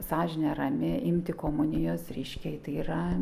sąžinė rami imti komunijos reiškia tai yra